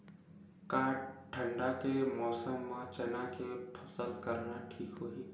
का ठंडा के मौसम म चना के फसल करना ठीक होही?